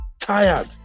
tired